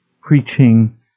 preaching